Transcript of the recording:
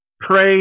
pray